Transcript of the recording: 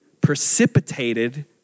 precipitated